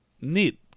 Neat